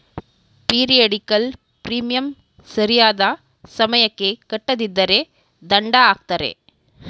periodical premium ಸರಿಯಾದ ಸಮಯಕ್ಕೆ ಕಟ್ಟದಿದ್ದರೆ ದಂಡ ಹಾಕ್ತರೆ